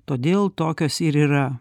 todėl tokios ir yra